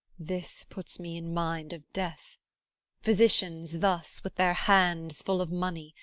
this puts me in mind of death physicians thus, with their hands full of money,